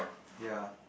ya